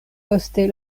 poste